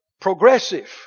Progressive